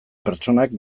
pertsonak